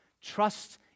Trust